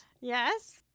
Yes